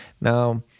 Now